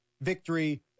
victory